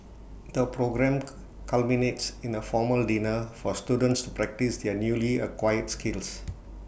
the programme culminates in A formal dinner for students to practise their newly acquired skills